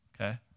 okay